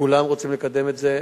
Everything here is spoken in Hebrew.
כולם רוצים לקדם את זה,